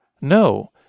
No